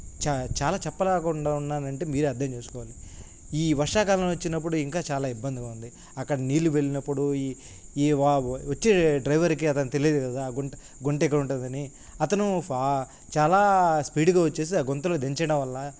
చ చాలా చెప్పలేకుండా ఉన్నాను అంటే మీరే అర్థం చేసుకోవాలి ఈ వర్షాకాలం వచ్చినప్పుడు ఇంకా చాలా ఇబ్బందిగా ఉంది అక్కడ నీళ్ళు వెళ్ళినప్పుడు ఈ ఈ వా వచ్చే డ్రైవర్కి అతనికి తెలియదు కదా ఆ గుంట గుంట ఎక్కడ ఉంటుందని అతను ఫా చాలా స్పీడ్గా వచ్చి ఆ గుంతలో దించడం వల్ల